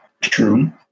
True